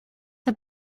the